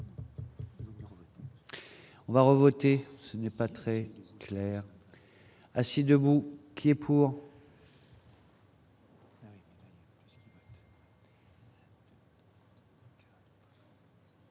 On va revoter ce n'est pas très clair, assis, debout, qui est pour.